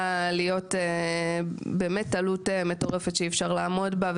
להיות עלות מטורפת שאי אפשר לעמוד בה,